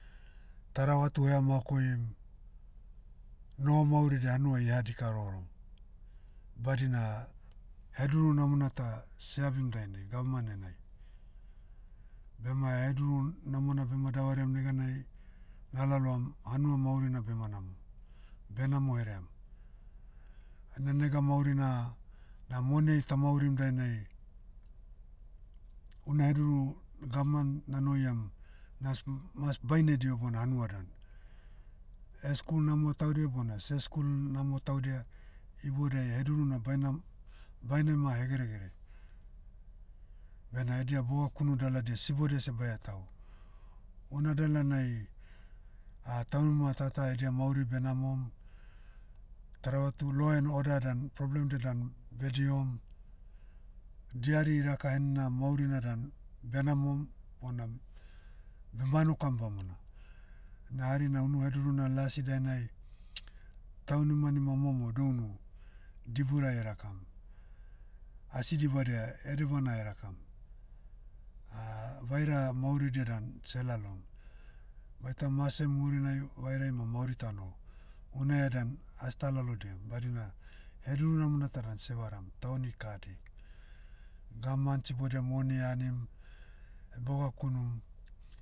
Taravatu eha makoim, noho mauridia hanuai eha dika rohorom. Badina, heduru namona ta, seabim dainai gavman enai. Bema heduru namona bema davariam neganai, nalaloam hanua maurina bema namo. Benamo heream. Ena nega maurina, na moniai tamaurim dainai, una heduru, gavman nanoiam, nas- m- mas baine diho bona hanua dan. skul namo taudia bona seh skul namo taudia, iboudiai heduru na baina- bainema hegeregere. Bena edia bogakunu daladia sibodia seh baetahu. Una dalanai, taunima tata edia mauri benamom, taravatu law and order dan, problem dia dan, bedihom, diari iraka henina maurina dan, benamom bona, bemanokam bamona. Na hari na unu hedurudia na lasi dainai, taunimanima momo dounu, diburai erakam. Asi dibadia edebana erakam. vaira mauridia dan selalom. Baita mase murinai, vairai ma mauri ta noho. Unaia dan astalalodiam badina, heduru namona ta dan sevaram, tauani kahadei. Gavman sibodia moni eanim, bogakunum,